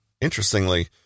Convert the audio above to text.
Interestingly